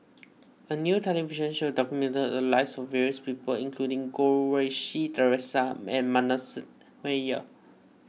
a new television show documented the lives of various people including Goh Rui Si theresa and Manasseh Meyer